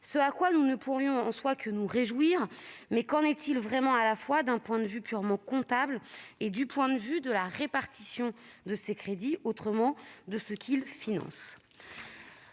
En soi, nous ne pourrions que nous en réjouir, mais qu'en est-il vraiment d'un point de vue purement comptable et du point de vue de la répartition de ces crédits, autrement dit de ce qu'ils financent